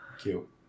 cute